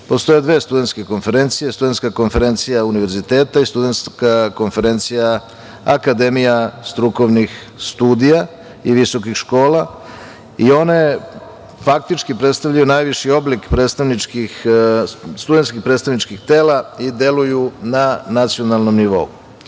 Postoje dve studentske konferencije, Studentska konferencija Univerziteta i Studentska konferencija Akademija strukovnih studija ili visokih škola, i one faktički predstavljaju najviši oblik studentskih predstavničkih tela i deluju na nacionalnom